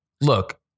Look